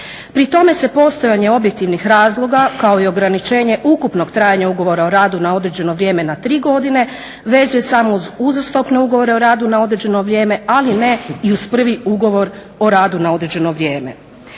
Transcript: Pri tome se postojanje objektivnih razloga kao i ograničenje ukupnog trajanja ugovora o radu na određeno vrijeme na tri godine vezuje samo uz uzastopne ugovore o radu na određeno vrijeme, ali ne i uz prvi ugovor o radu na određeno vrijeme.